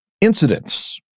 incidents